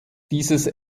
dieses